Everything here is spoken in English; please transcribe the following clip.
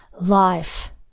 life